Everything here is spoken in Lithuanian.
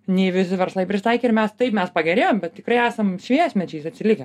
nei visi verslai pritaikę ir mes taip mes pagerėjom bet tikrai esam šviesmečiais atsilikę